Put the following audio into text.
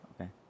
Okay